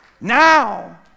Now